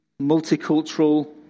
multicultural